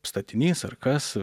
statinys ar kas